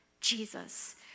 Jesus